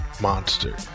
monster